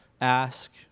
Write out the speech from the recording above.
Ask